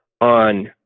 on